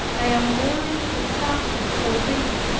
i am willing to suffer for thee.